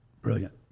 Brilliant